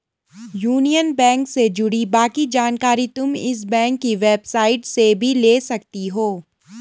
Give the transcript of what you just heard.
union bank से जुड़ी बाकी जानकारी तुम इस बैंक की वेबसाईट से भी ले सकती हो